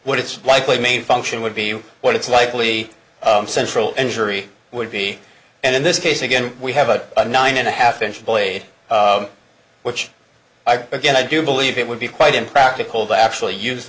what it's likely main function would be what it's likely central injury would be and in this case again we have a nine and a half inch play which i again i do believe it would be quite impractical to actually use